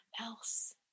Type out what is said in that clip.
else